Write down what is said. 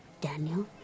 Daniel